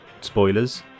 spoilers